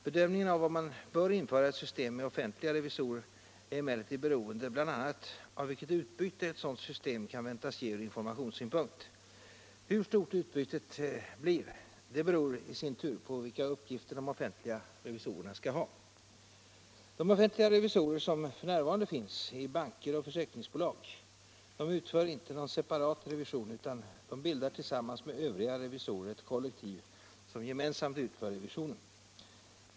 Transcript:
Bedömningen av om man bör införa ett system med offentliga revisorer är emellertid beroende bl.a. av vilket utbyte ett sådant system kan väntas ge ur informationssynpunkt. Hur stort utbytet blir beror i sin tur på vilka uppgifter de offentliga revisorerna skall ha. De offentliga revisorerna som f. n. finns i banker och försäkringsbolag utför inte någon separat revision utan bildar tillsammans med övriga revisorer ett kollektiv som gemensamt utför revisionen.